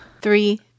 Three